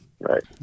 Right